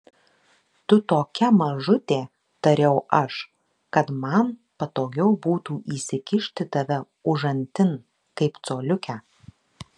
tu tokia mažutė tariau aš kad man patogiau būtų įsikišti tave užantin kaip coliukę